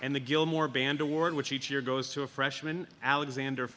and the gilmore band award which each year goes to a freshman alexander